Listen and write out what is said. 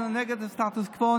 זה נגד הסטטוס קוו,